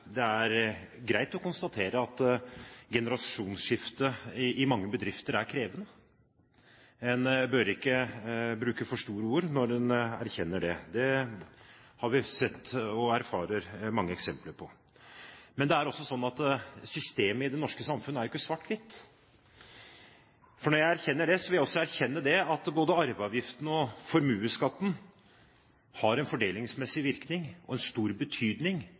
det er greit å konstatere at generasjonsskifte i mange bedrifter er krevende. En bør ikke bruke for store ord når en erkjenner det. Det har vi sett, og erfarer mange eksempler på. Men det er også slik at systemet i det norske samfunnet ikke er svart-hvitt. Når jeg erkjenner det, vil jeg også erkjenne at både arveavgiften og formuesskatten har en fordelingsmessig virkning og en stor betydning,